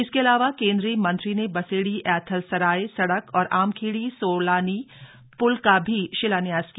इसके अलावा केंद्रीय मंत्री ने बसेड़ी ऐथल सराय सड़क और ः मखेड़ी सोलानी प्ल का भी शिलान्यास किया